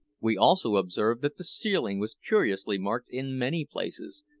we also observed that the ceiling was curiously marked in many places,